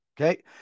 Okay